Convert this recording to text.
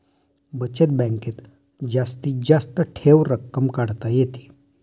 बचत बँकेत जास्तीत जास्त ठेव रक्कम काढता येते